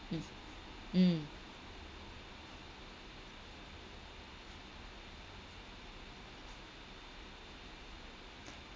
mm mm